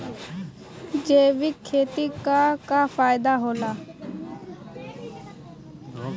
जैविक खेती क का फायदा होला?